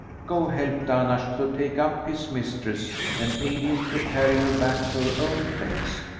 go, help dahnash to take up his mistress and aid him to carry her back to her own place,